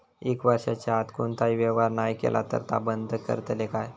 एक वर्षाच्या आत कोणतोही व्यवहार नाय केलो तर ता बंद करतले काय?